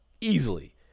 Easily